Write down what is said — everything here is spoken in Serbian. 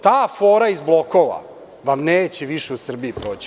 Ta fora iz blokova vam neće više u Srbiji proći.